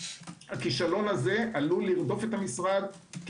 הכישלון הזה עלול לרדוף את המשרד.